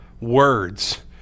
words